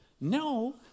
No